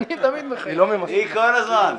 היא כל הזמן.